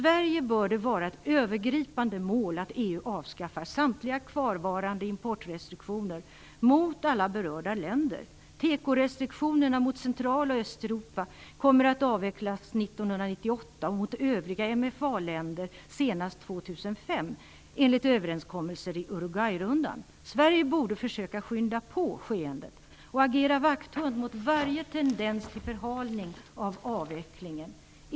Det bör vara ett övergripande mål för Sverige att EU avskaffar samtliga kvarvarande importrestriktioner mot alla berörda länder. Tekorestriktionerna mot Central och Östeuropa kommer att avvecklas år 1998 och mot övriga MFA-länder senast år 2005, enligt överenskommelser i Uruguayrundan. Sverige borde försöka skynda på skeendet och agera vakthund mot varje tendens till förhalning av avvecklingen.